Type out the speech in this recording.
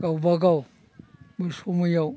गावबागाव मोसौ मैयाव